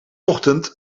ochtend